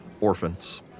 orphans